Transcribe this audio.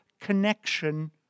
connection